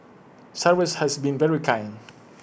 cyrus has been very kind